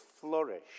flourish